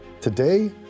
Today